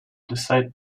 decide